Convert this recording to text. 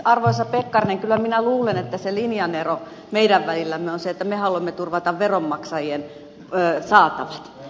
arvoisa pekkarinen kyllä minä luulen että se linjan ero meidän välillämme on se että me haluamme turvata veronmaksajien saatavat